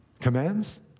Commands